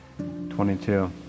22